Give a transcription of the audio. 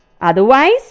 Otherwise